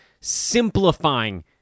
simplifying